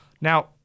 Now